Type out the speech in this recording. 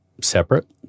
separate